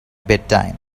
bedtime